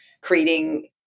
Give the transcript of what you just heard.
creating